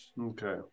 Okay